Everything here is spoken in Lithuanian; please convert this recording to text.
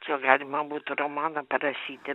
čia galima būtų romaną parašyti